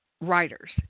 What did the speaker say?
writers